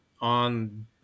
on